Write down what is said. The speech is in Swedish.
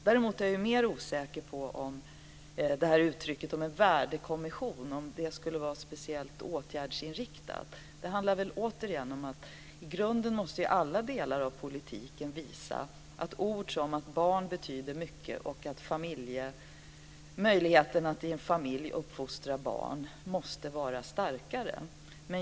Däremot är jag mer osäker på att en värdekommission skulle vara speciellt åtgärdsinriktat. Det handlar återigen om att alla delar i politiken i grunden måste vara starkare och visa att barn betyder mycket och ge möjligheter att i en familj uppfostra barn.